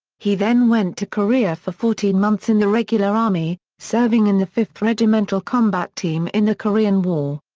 he then went to korea for fourteen months in the regular army, serving in the fifth regimental combat team in the korean war.